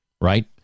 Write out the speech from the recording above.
right